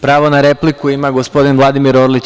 Pravo na repliku ima gospodin Vladimir Orlić.